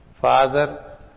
father